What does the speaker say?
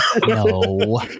No